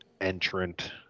entrant